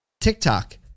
TikTok